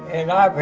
and i've